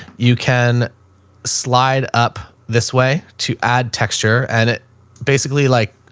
you can slide up this way to add texture and it basically like,